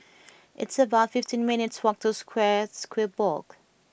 it's about fifty minutes' walk to Square Square Block